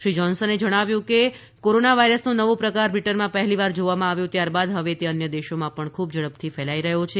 શ્રી જોન્સને જણાવ્યું કે કોરોના વાયરસનો નવો પ્રકાર બ્રિટનમાં પહેલીવાર જોવામાં આવ્યો ત્યાર બાદ હવે તે અન્ય દેશોમાં પણ ખૂબ જ ઝડપથી ફેલાઈ રહ્યો છે